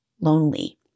lonely